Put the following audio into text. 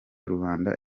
rubanda